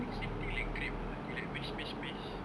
I think same thing like grape ah dia like mash mash mash